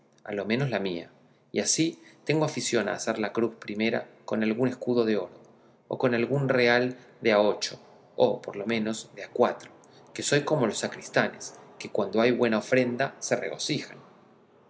a lo menos la mía y así tengo afición a hacer la cruz primera con algún escudo de oro o con algún real de a ocho o por lo menos de a cuatro que soy como los sacristanes que cuando hay buena ofrenda se regocijan